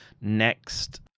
next